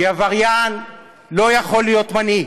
כי עבריין לא יכול להיות מנהיג.